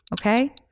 okay